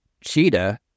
Cheetah